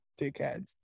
dickheads